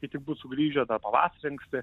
kai bus sugrįžę dar pavasarį anksti